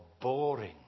boring